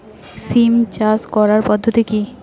সিম চাষ করার পদ্ধতি কী?